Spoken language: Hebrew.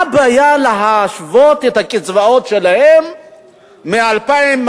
מה הבעיה להשוות את הקצבאות שלהם מ-2,200,